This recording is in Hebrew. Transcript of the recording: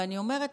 ואני אומרת,